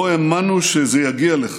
לא האמנו שזה יגיע לכך.